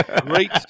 Great